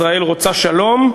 ישראל רוצה שלום,